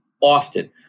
often